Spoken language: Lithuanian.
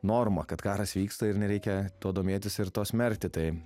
norma kad karas vyksta ir nereikia tuo domėtis ir to smerkti tai